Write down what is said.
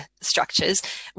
structures